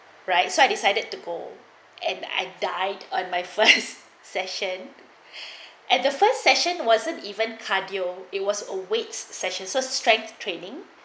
right so I decided to go and and died on my first session at the first session wasn't even cardio it was awaits session so strength training